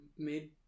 Made